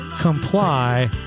comply